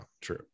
true